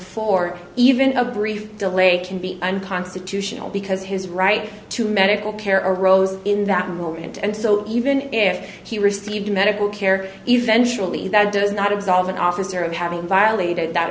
four even a brief delay can be unconstitutional because his right to medical care arose in that moment and so even if he received medical care eventually that does not absolve an officer of having violated that